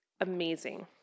amazing